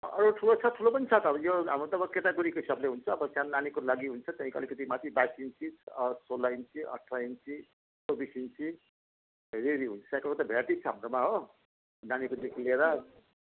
अरू ठुलो ठुलो पनि छ त यो हाम्रो त अब केटागोरीको हिसाबले हुन्छ अब सानो नानीको लागि हुन्छ त्यहीँको अलिकति माथि बाइस इन्चेस सोह्र इन्च अठार इन्च चौबिस इन्च हेरी हेरी हुन्छ साइकलको त भेराइटिज छ हो हाम्रोमा नानीकोदेखि लिएर